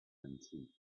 antique